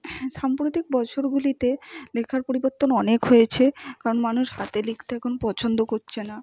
সাম্প্রতিক বছরগুলিতে লেখার পরিবর্তন অনেক হয়েছে কারণ মানুষ হাতে লিখতে এখন পছন্দ করছে না